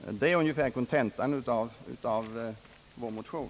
Det är kontentan av vår motion.